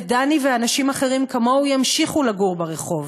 ודני ואנשים אחרים כמוהו ימשיכו לגור ברחוב.